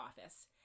office